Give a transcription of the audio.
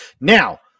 Now